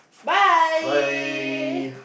bye